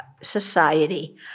society